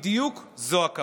זאת בדיוק הכוונה,